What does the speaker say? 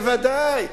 בוודאי.